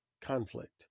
conflict